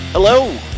Hello